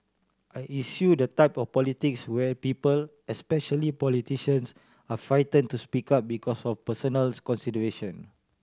I eschew the type of politics where people especially politicians are frighten to speak up because of personals consideration